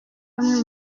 bamwe